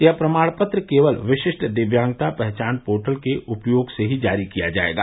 यह प्रमाण पत्र केवल विशिष्ट दिव्यांगता पहचान पोर्टल के उपयोग से ही जारी किया जाएगा